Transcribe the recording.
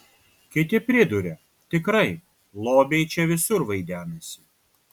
kiti priduria tikrai lobiai čia visur vaidenasi